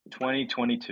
2022